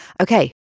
Okay